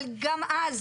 אבל גם אז,